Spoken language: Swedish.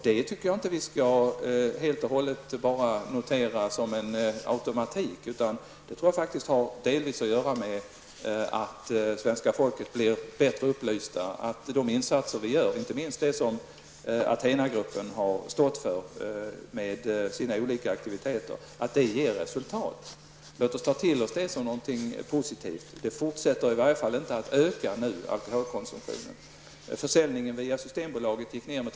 Det tycker jag inte att vi bara skall notera som en automatik -- det tror jag faktiskt delvis har att göra med att svenska folket blir bättre upplyst och att de insatser som vi gör, inte minst de som ATHENA gruppen med sina olika aktiviteter har stått för, ger resultat. Låt oss ta till oss det som någonting positivt. Alkoholkonsumtionen fortsätter nu i varje fall inte att öka.